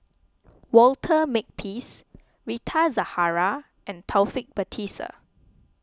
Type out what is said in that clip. Walter Makepeace Rita Zahara and Taufik Batisah